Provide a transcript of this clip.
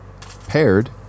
paired